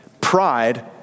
Pride